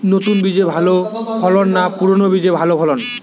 নতুন বীজে ভালো ফলন না পুরানো বীজে ভালো ফলন?